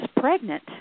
pregnant